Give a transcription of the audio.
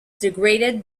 degraded